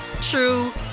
true